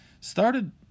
started